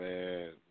Man